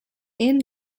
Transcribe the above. inn